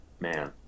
Man